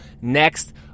next